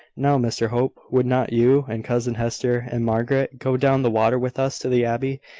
now, mr hope, would not you, and cousin hester, and margaret, go down the water with us to the abbey,